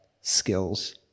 skills